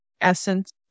Essence